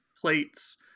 plates